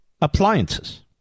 appliances